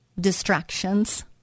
distractions